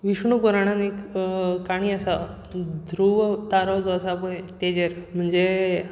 विष्णू पुराणान एक काणी आसा ध्रुव तारो जो आसा पय तेजेर म्हणजे